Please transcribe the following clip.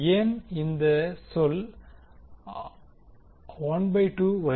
ஏன் இந்த சொல் ½ வருகிறது